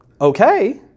okay